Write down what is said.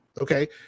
Okay